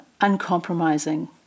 uncompromising